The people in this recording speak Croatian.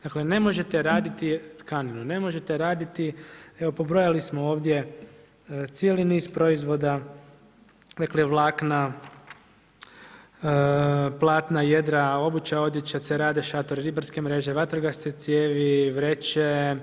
Dakle, ne možete raditi tkaninu, ne možete raditi, evo pobrojali smo ovdje cijeli niz proizvoda dakle, vlakna, platna, jedra, obuća, odjeća, cerade, šatori, ribarske mreže, vatrogasne cijevi, vreće.